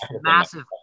massive